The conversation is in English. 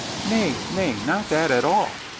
nay, nay, not that at all,